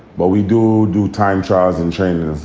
but we do do time trials and training